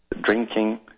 drinking